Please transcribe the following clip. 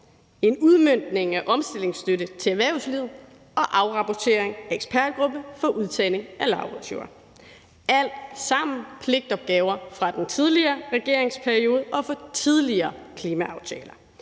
en udmøntning af omstillingsstøtte til erhvervslivets og afrapportering fra ekspertgruppe om udtagning af lavbundsjorder – alt sammen pligtopgaver fra den tidligere regeringsperiode og fra tidligere klimaaftaler.